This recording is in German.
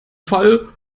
fall